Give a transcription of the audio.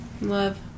love